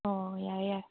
ꯑꯣ ꯌꯥꯏ ꯌꯥꯏ